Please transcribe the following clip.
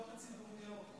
לרשותך שלוש דקות.